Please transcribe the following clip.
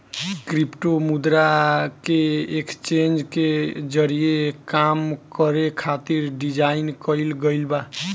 crypto मुद्रा के exchange के जरिए काम करे खातिर डिजाइन कईल गईल बा